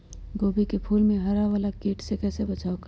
गोभी के फूल मे हरा वाला कीट से कैसे बचाब करें?